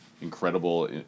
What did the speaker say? incredible